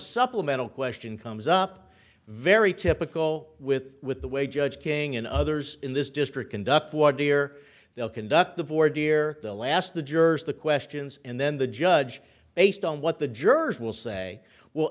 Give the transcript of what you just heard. supplemental question comes up very typical with with the way judge king and others in this district conduct for deer they'll conduct the board here the last the jurors the questions and then the judge based on what the jurors will say will